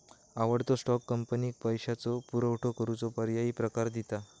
आवडतो स्टॉक, कंपनीक पैशाचो पुरवठो करूचो पर्यायी प्रकार दिता